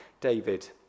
David